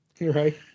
Right